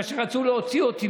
בגלל שרצו להוציא אותי,